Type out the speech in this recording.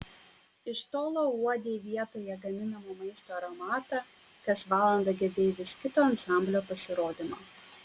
iš tolo uodei vietoje gaminamo maisto aromatą kas valandą girdėjai vis kito ansamblio pasirodymą